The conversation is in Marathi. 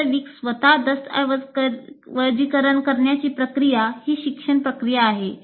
वास्तविक स्वतः दस्तऐवजीकरण करण्याची प्रक्रिया ही शिक्षण प्रक्रिया आहे